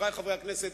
חברי חברי הכנסת,